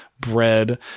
bread